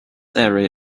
area